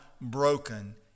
broken